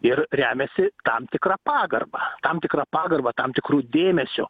ir remiasi tam tikra pagarba tam tikra pagarba tam tikru dėmesiu